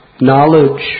knowledge